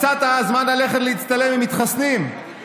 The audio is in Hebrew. מצאת זמן ללכת להצטלם עם מתחסנים,